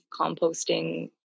composting